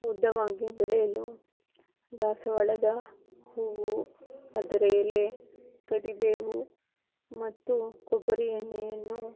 ಉದ್ದವಾಗಿ ಬೆಳೆಯಲು ದಾಸವಾಳದ ಹೂವು ಅದರ ಎಲೆ ಕರಿಬೇವು ಮತ್ತು ಕೊಬ್ಬರಿ ಎಣ್ಣೆಯನ್ನು